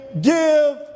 give